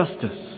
justice